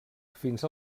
fins